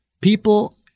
people